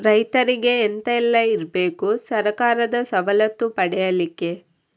ರೈತರಿಗೆ ಎಂತ ಎಲ್ಲ ಇರ್ಬೇಕು ಸರ್ಕಾರದ ಸವಲತ್ತು ಪಡೆಯಲಿಕ್ಕೆ?